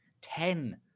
ten